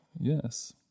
Yes